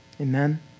Amen